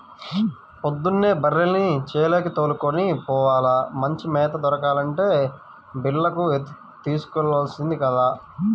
పొద్దున్నే బర్రెల్ని చేలకి దోలుకొని పోవాల, మంచి మేత దొరకాలంటే బీల్లకు తోలుకెల్లాల్సిందే గదా